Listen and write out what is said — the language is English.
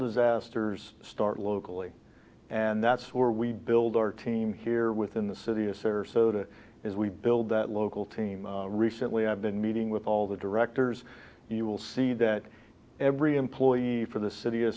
disasters start locally and that's where we build our team here within the city of sarasota as we build that local team recently i've been meeting with all the directors and you will see that every employee for the city